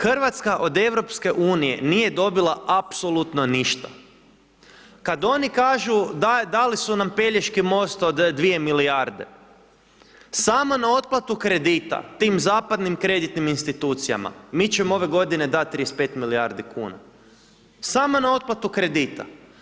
Hrvatska od EU nije dobila apsolutno ništa, kad oni kažu dali su na Pelješki most od 2 milijarde, samo na otplatu kredita tim zapadnim kreditnim institucijama mi ćemo ove godine dat 35 milijardi kuna, samo na otplatu kredita.